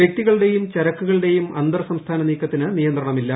വൃക്തികളുടെയും ചരക്കുകളുടെയും അന്തർ സംസ്ഥാന നീക്കത്തിന് നിയന്ത്രണമില്ല